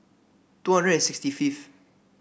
two hundred and sixty fifth